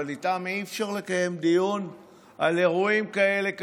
אבל איתם אי-אפשר לקיים דיון על אירועים קשים כאלה.